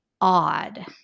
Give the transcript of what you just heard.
odd